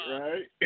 right